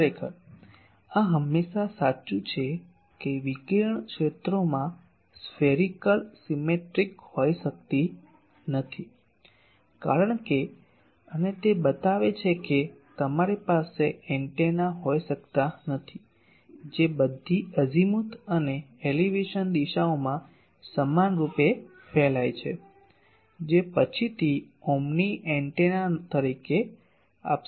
ખરેખર આ હંમેશાં સાચું છે કે વિકિરણ ક્ષેત્રોમાં સ્ફેરીકલ સીમેત્રીક હોઈ શકતી નથી કારણ કે અને તે બતાવે છે કે તમારી પાસે એન્ટેના હોઈ શકતા નથી જે બધી અઝિમુથ અને એલિવેશન દિશાઓમાં સમાનરૂપે ફેલાય છે જે પછીથી ઓમ્ની એન્ટેના તરીકે નામ આપશે